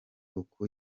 uku